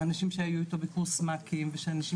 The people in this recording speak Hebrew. מהאנשים שהיו איתו בקורס מ"כים ואנשים